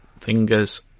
fingers